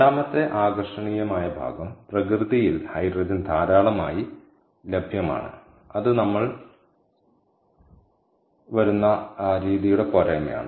രണ്ടാമത്തെ ആകർഷണീയമായ ഭാഗം പ്രകൃതിയിൽ ഹൈഡ്രജൻ ധാരാളമായി ലഭ്യമാണ് അത് നമ്മൾ വരുന്ന രീതിയുടെ പോരായ്മയാണ്